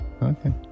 Okay